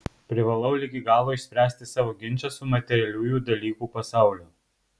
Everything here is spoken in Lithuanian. privalau ligi galo išspręsti savo ginčą su materialiųjų dalykų pasauliu